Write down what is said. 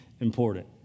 important